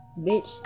Bitch